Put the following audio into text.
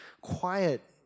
quiet